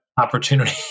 opportunity